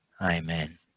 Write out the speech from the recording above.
Amen